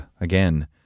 again